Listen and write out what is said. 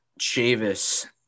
Chavis –